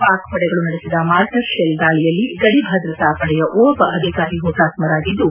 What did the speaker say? ಪಾಕ್ ಪಡೆಗಳು ನಡೆಸಿದ mortar shell ದಾಳಿಯಲ್ಲಿ ಗಡಿ ಭದ್ರತಾ ಪಡೆಯ ಓರ್ವ ಅಧಿಕಾರಿ ಹುತಾತ್ನರಾಗಿದ್ದು